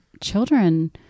children